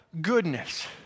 Goodness